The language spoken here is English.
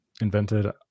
invented